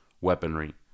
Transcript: Weaponry